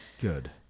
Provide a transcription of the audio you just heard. Good